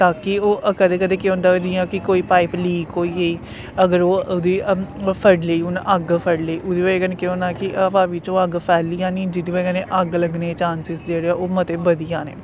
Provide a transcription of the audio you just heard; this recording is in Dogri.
ताकि ओह् कदें कदें केह् हुंदा जियां कि कोई पाइप लीक होई गेई अगर ओह् ओह्दी फड़ी लेई उन्ने अग्ग फड़ी लेई उदी वजह कनै केह् होना कि हवा बिच्चूं अग्ग फैली जानी जिदी वजह कन्नै अग्ग लग्गने दे चांसेस जेह्ड़े ऐ ओह् मते बधी जाने